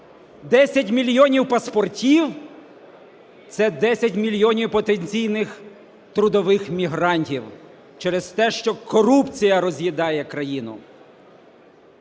мільйонів паспортів – це 10 мільйонів потенційних трудових мігрантів. Через те, що корупція роз'їдає країну.